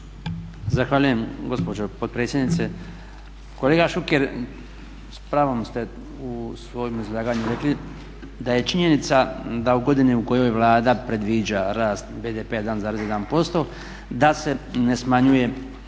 Zahvaljujem gospođo potpredsjednice. Kolega Šuker, s pravom ste u svojem izlaganju rekli da je činjenica da u godini u kojoj Vlada predviđa rast BDP-a 1,1% da se ne smanjuje